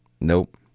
Nope